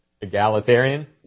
Egalitarian